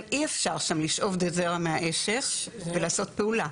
אי אפשר שם לשאוב זרע מהאשך ולעשות פעולה.